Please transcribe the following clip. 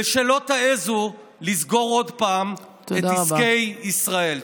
ושלא תעזו לסגור עוד פעם את עסקי ישראל.